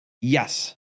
yes